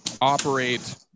operate